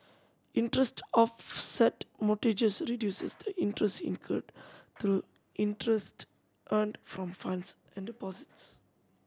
interest offset mortgages reduces the interest incurred through interest earned from funds and deposited